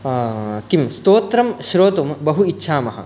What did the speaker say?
किं स्तोत्रं श्रोतुं बहु इच्छामः